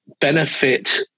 benefit